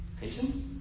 Patience